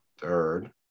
third